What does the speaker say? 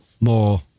more